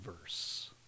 verse